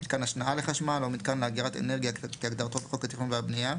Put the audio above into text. - כל אלה: דרך כהגדרתה בחוק התכנון והבנייה,